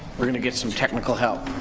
we're gonna get some technical help.